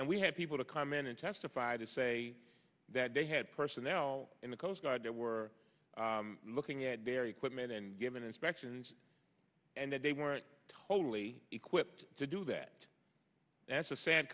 and we have people to come in and testified to say that they had personnel in the coast guard that were looking at their equipment and given inspections and that they were totally equipped to do that that's a sad